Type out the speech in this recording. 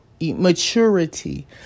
maturity